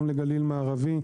גם לגליל מערבי,